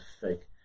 fake